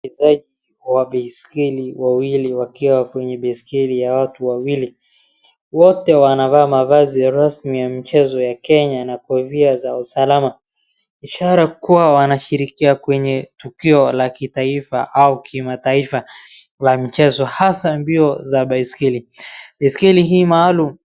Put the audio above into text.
Wachezaji wa baiskeli wawili wakiwa kwenye baiskeli ya watu wawili, wote wanavaa mavazi rasmi ya michezo ya kenya na kofia za usalama, ishara kuwa wanashiriki kwenye tukio la kitaifa au kimataifa wa mchezo hasa mbio za baiskeli, baiskeli hii maalum.